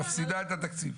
את מפסידה את התקציב.